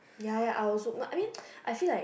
ya ya I also my I mean I feel like